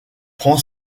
prend